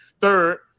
Third